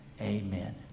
Amen